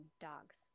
dogs